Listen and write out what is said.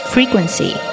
Frequency